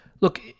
look